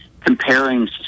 comparing